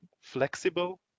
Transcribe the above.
flexible